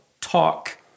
talk